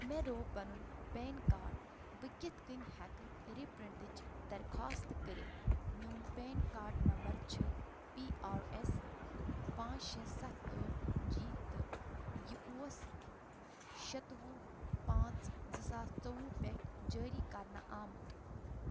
مےٚ رُاو پنن پین کارڈ بہٕ کتھ کٔنۍ ہؠکہٕ ری پرنٹٕچ درخواست کٔرتھ میون پین کارڈ نمبر چھُ پی آر اٮ۪س پانٛژھ شےٚ سَتھ ٲٹھ جی تہٕ یہ اوس شٮ۪توُہ پانٛژھ زٕ ساس ژۄوُہ پؠٹھ جٲری کرنہٕ آمت